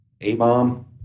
A-bomb